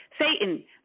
Satan